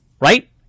Right